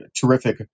terrific